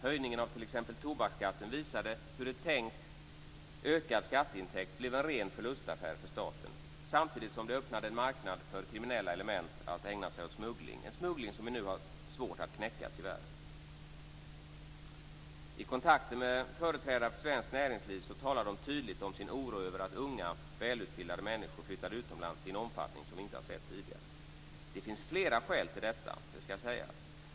Höjningen av t.ex. tobaksskatten visade hur en tänkt ökad skatteintäkt blev en ren förlustaffär för staten, samtidigt som det öppnade en marknad för kriminella element att ägna sig åt smuggling. Den smugglingen är nu tyvärr svår att knäcka. I kontakter med företrädare för svenskt näringsliv talar de tydligt om sin oro över att unga välutbildade människor flyttar utomlands i en omfattning som vi inte har sett tidigare. Det finns flera skäl till detta.